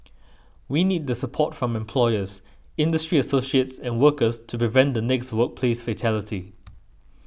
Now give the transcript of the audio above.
we need the support from employers industry associates and workers to prevent the next workplace fatality